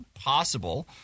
Possible